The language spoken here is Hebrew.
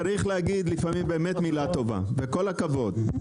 צריך להגיד לפעמים באמת מילה טובה וכל הכבוד,